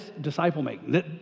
disciple-making